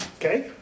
Okay